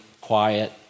quiet